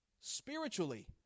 spiritually